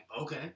okay